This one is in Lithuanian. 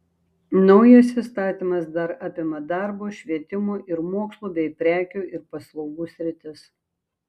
naujas įstatymas dar apima darbo švietimo ir mokslo bei prekių ir paslaugų sritis